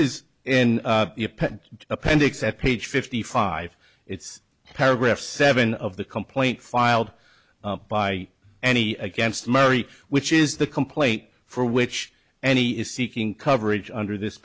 is in the appendix at page fifty five it's paragraph seven of the complaint filed by any against mary which is the complaint for which any is seeking coverage under this